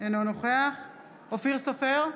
אינו נוכח אופיר סופר,